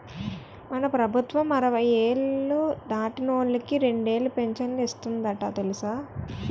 మన ప్రభుత్వం అరవై ఏళ్ళు దాటినోళ్ళకి రెండేలు పింఛను ఇస్తందట తెలుసా